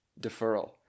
deferral